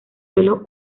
suelos